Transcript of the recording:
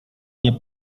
nie